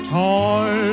toy